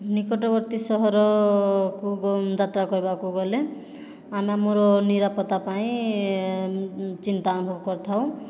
ନିକଟବର୍ତ୍ତୀ ସହରକୁ ଯାତ୍ରା କରିବାକୁ ଗଲେ ଆମେ ଆମର ନିରାପତ୍ତା ପାଇଁ ଚିନ୍ତା ଅନୁଭବ କରିଥାଉ